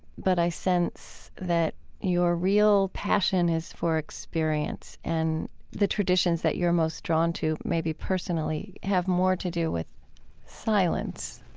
but i sense that your real passion is for experience and the traditions that you're most drawn to maybe personally have more to do with silence.